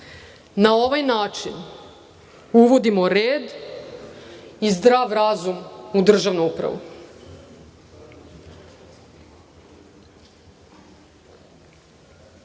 Na ovaj način uvodimo red i zdrav razum u državnu